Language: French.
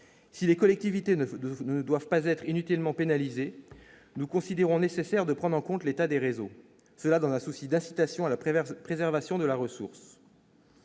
si les collectivités ne vous vous ne doivent pas être inutilement pénalisés nous considérons nécessaire de prendre en compte l'état des réseaux dans la souci d'incitation à la Prévert, préservation de la ressource.